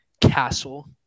castle